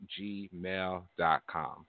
gmail.com